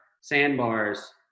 sandbars